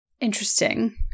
interesting